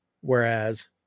whereas